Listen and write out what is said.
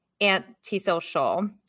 antisocial